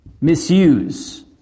misuse